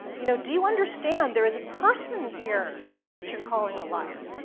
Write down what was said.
you know, do you understand there's a person here that you're calling a liar?